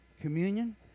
communion